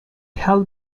held